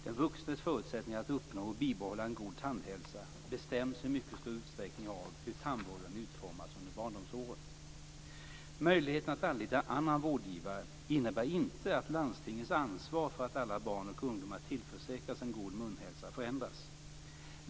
Den vuxnes förutsättningar att uppnå och bibehålla en god tandhälsa bestäms i mycket stor utsträckning av hur tandvården utformas under barndomsåren. Möjligheten att anlita annan vårdgivare innebär inte att landstingens ansvar för att alla barn och ungdomar tillförsäkras en god munhälsa förändras.